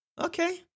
okay